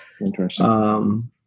Interesting